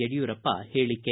ಯಡಿಯೂರಪ್ಪ ಹೇಳಿಕೆ